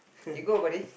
you go buddy